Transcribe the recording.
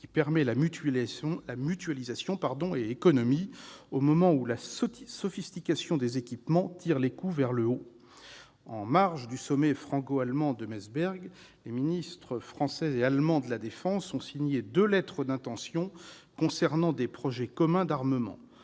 qui permet mutualisation et économies, au moment où la sophistication des équipements tire les coûts vers le haut. En marge du sommet franco-allemand de Meseberg, les ministres française et allemande de la défense ont signé deux lettres d'intention concernant des projets communs d'armement,